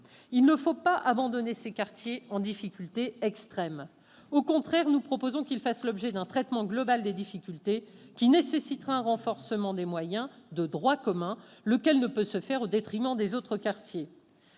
Il ne faut pas abandonner ces quartiers « en difficulté extrême ». Nous proposons, au contraire, qu'ils fassent l'objet d'un traitement global des difficultés qui nécessitera un renforcement des moyens de droit commun, lequel ne peut se faire au détriment des autres quartiers.